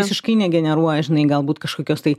visiškai negeneruoja žinai galbūt kažkokios tai